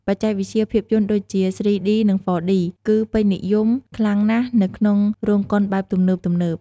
បច្ចេកវិទ្យាភាពយន្តដូចជា ស្រុីឌី និង ហ្វរឌី គឺពេញនិយមខ្លាំងណាស់នៅក្នុងរោងកុនបែបទំនើបៗ។